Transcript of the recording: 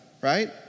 right